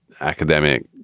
academic